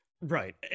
right